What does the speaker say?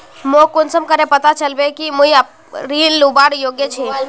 मोक कुंसम करे पता चलबे कि मुई ऋण लुबार योग्य छी?